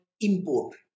import